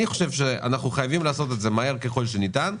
אני חושב שאנחנו חייבים לעשות את זה מהר ככל שניתן,